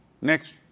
Next